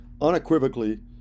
Unequivocally